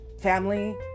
Family